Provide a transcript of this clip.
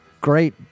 great